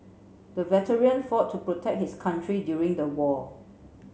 the veteran fought to protect his country during the war